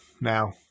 now